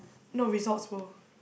no Resorts-World